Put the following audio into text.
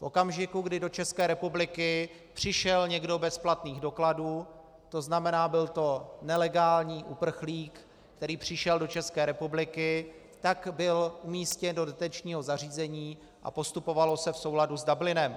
V okamžiku, kdy do České republiky přišel někdo bez platných dokladů, to znamená, byl to nelegální uprchlík, který přišel do České republiky, tak byl umístěn do detenčního zařízení a postupovalo se v souladu s Dublinem.